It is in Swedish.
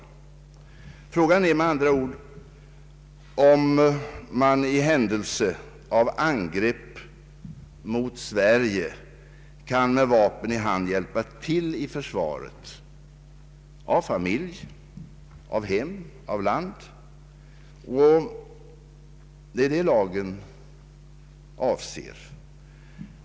Frågan är med andra ord om man i händelse av angrepp mot Sverige kan med vapen i hand hjälpa till i försvaret av familj, av hem, av land. Detta är vad lagen avser.